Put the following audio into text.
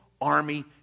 army